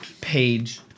page